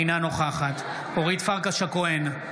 אינה נוכחת אורית פרקש הכהן,